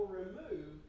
remove